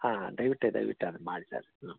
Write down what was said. ಹಾಂ ದಯವಿಟ್ಟು ದಯವಿಟ್ಟು ಅದನ್ನ ಮಾಡಿ ಸರ್ ಹಾಂ